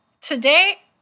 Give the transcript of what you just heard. today